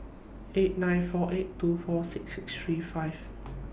eight nine four eight two four six six three five